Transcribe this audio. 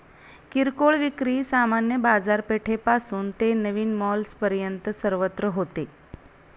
किरकोळ विक्री सामान्य बाजारपेठेपासून ते नवीन मॉल्सपर्यंत सर्वत्र होते